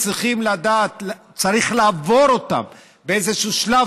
צריך לעבור אותם באיזשהו שלב,